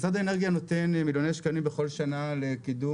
משרד האנרגיה נותן מיליוני שקלים בכל שנה לקידום